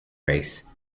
race